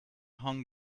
hung